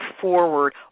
forward